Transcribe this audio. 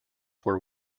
were